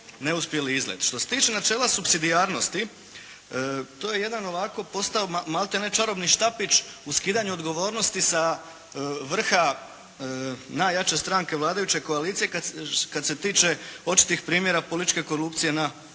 Što se tiče načela subsidijarnosti to je jedan ovako postao maltene čarobni štapić u skidanju odgovornosti sa vrha najjače stranke vladajuće koalicije kad se tiče očitih primjera političke korupcije na